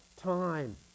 time